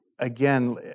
Again